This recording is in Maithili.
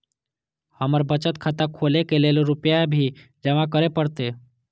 हमर बचत खाता खोले के लेल रूपया भी जमा करे परते?